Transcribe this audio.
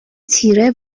تیره